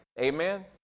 Amen